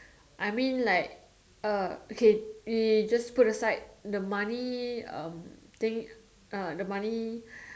I mean like uh okay we just put aside the money um thing uh the money